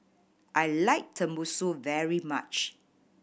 I like Tenmusu very much